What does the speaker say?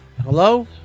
Hello